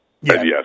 yes